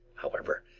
however,